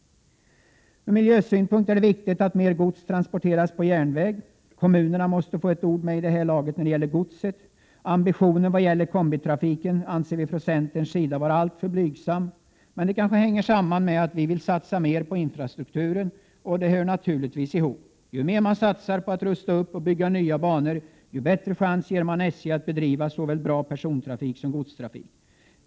Ur miljösynpunkt är det viktigt att mera gods transporteras på järnväg. Kommunerna måste ha ett ord med i laget när det gäller godset. Ambitionen vad gäller kombitrafiken anser vi från centerns sida bara alltför blygsam. Men det hänger kanske samman med att vi vill satsa mer på infrastrukturen. Dessa saker hör naturligtvis ihop. Ju mer man satsar på att rusta upp och bygga nya banor, desto bättre möjligheter får SJ att bedriva en bra personoch godstrafik.